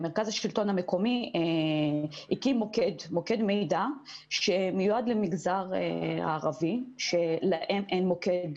מרכז השלטון המקומי הקים מוקד מידע שמיועד למגזר הערבי שלהם אין מוקד